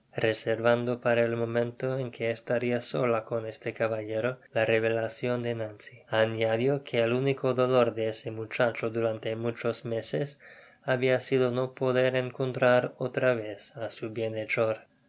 reservando para ely momento en que estaria sola con este caballero la revelacion de inancy añadió que el único dolor de esc muchacho durante mur chas meses habia sido no poder encontrar otra ves á su